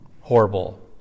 horrible